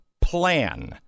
plan